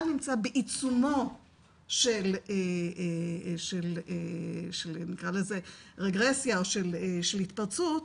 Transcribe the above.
נמצא בעיצומו של נקרא לזה רגרסיה או של התפרצות,